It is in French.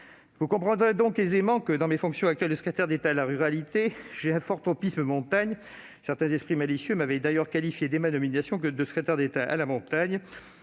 Vous comprendrez donc aisément que, dans mes fonctions actuelles de secrétaire d'État chargé de la ruralité, j'aie un fort tropisme pour la montagne. Certains esprits malicieux m'avaient d'ailleurs qualifié, dès ma nomination, de « secrétaire d'État à la montagne